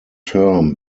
term